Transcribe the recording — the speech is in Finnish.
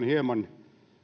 hieman